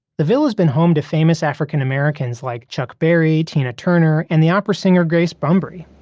the ville has been home to famous african-americans like chuck berry, tina turner, and the opera singer grace brumbry.